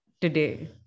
today